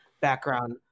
background